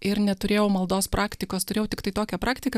ir neturėjau maldos praktikos turėjau tiktai tokią praktiką